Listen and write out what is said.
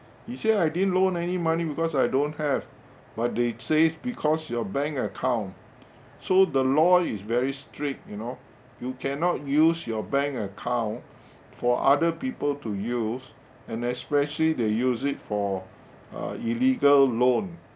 he say I didn't loan any money because I don't have but they say because your bank account so the law is very strict you know you cannot use your bank account for other people to use and especially they use it for uh illegal loan